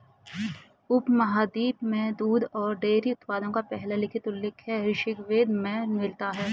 उपमहाद्वीप में दूध और डेयरी उत्पादों का पहला लिखित उल्लेख ऋग्वेद में मिलता है